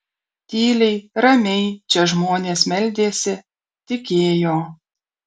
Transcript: tyliai ramiai čia žmonės meldėsi tikėjo